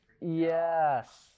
Yes